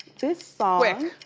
this song, quick.